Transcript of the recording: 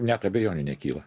net abejonių nekyla